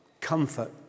comfort